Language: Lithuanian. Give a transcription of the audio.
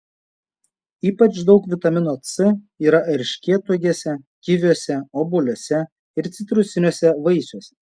ypač daug vitamino c yra erškėtuogėse kiviuose obuoliuose ir citrusiniuose vaisiuose